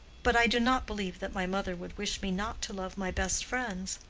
but i do not believe that my mother would wish me not to love my best friends.